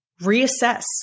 Reassess